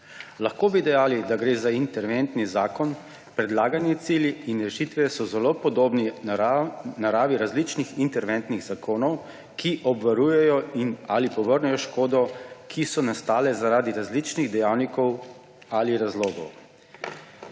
Lahko bi dejali, da gre za interventni zakon. Predlagani cilji in rešitve so zelo podobni naravi različnih interventnih zakonov, ki obvarujejo ali povrnejo škode, ki so nastale zaradi različnih dejavnikov ali razlogov.